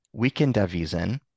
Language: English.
Weekendavisen